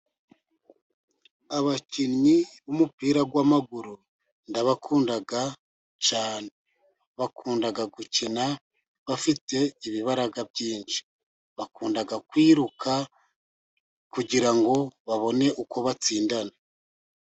Abakinnyi b'umupira w'amaguru, ndabakunda cyane, bakunda gukina bafite ibibaraga byinshi, bakunda kwiruka kugirango babone uko batsindana.